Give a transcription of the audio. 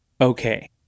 okay